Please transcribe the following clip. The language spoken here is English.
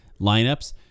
lineups